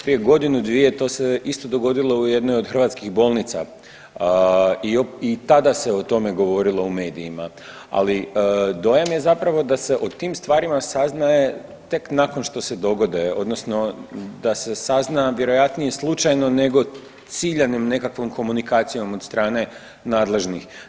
Prije godinu, dvije to se isto dogodilo u jednoj od hrvatskih bolnica i tada se o tome govorilo u medijima, ali dojam je zapravo da se o tim stvarima saznaje tek nakon što se dogode odnosno da se sazna vjerojatnije slučajno nego ciljanom nekakvom komunikacijom od strane nadležnih.